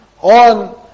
on